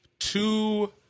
Two